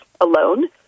alone